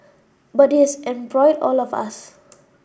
but it has embroiled all of us